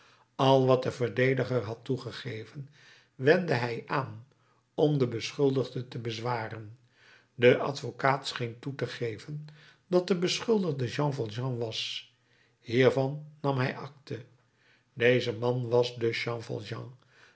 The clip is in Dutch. al wat de verdediger had toegegeven wendde hij aan om den beschuldigde te bezwaren de advocaat scheen toe te geven dat de beschuldigde jean valjean was hiervan nam hij acte deze man was dus jean